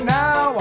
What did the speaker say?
now